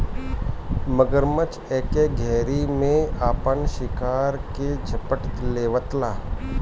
मगरमच्छ एके घरी में आपन शिकार के झपट लेवेला